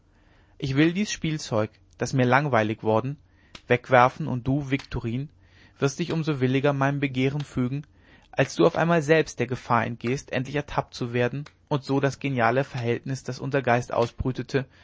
ich will dies spielzeug das mir langweilig worden wegwerfen und du viktorin wirst dich um so williger meinem begehren fügen als du auf einmal selbst der gefahr entgehst endlich ertappt zu werden und so das geniale verhältnis das unser geist ausbrütete